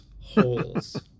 holes